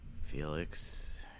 Felix